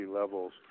levels